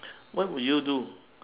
what would you do